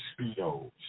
speedos